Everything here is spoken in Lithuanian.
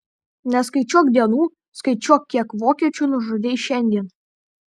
neskaičiuok dienų skaičiuok kiek vokiečių nužudei šiandien